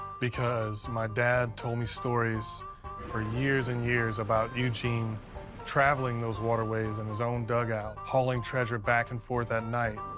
because my dad told me stories for years and years about eugene traveling those waterways in his own dugout, hauling treasure back and forth at night.